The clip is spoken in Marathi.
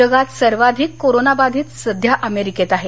जगात सर्वाधिक कोरोनाबाधित सध्या अमेरिकेत आहेत